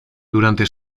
durante